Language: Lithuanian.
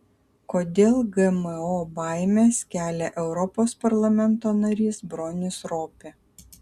kodėl gmo baimes kelia europos parlamento narys bronis ropė